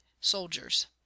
Soldiers